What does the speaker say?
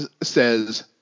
says